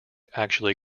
actually